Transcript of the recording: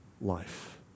life